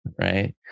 right